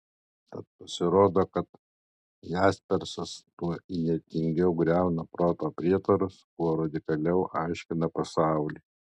tad pasirodo kad jaspersas tuo įnirtingiau griauna proto prietarus kuo radikaliau aiškina pasaulį